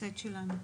הפסד שלנו.